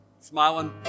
smiling